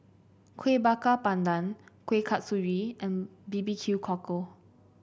Kueh Bakar Pandan Kueh Kasturi and B B Q Cockle